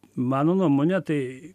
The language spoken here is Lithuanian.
mano nuomone tai